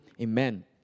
Amen